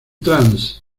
trans